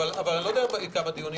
והביטחון): אבל אני לא יודע כמה דיונים,